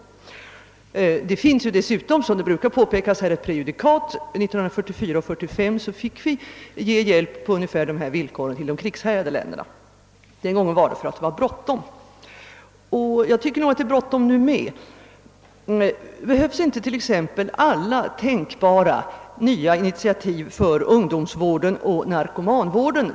Det finns dessutom, vilket brukar påpekas, ett prejudikat: 1944 och 1945 fick vi ge hjälp på ungefär dessa villkor till de krigshärjade länderna. Anledningen var den gången att det var bråttom att ge hjälp. Jag tycker nog att det är bråttom nu också. Behövs t.ex. inte alla tänkbara nya initiativ för ungdomsoch narkomanvården?